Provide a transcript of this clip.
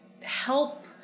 help